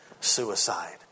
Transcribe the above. suicide